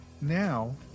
Now